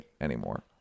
anymore